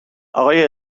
آقای